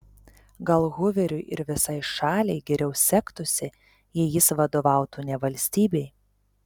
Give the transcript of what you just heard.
gal huveriui ir visai šaliai geriau sektųsi jei jis vadovautų ne valstybei